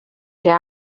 ser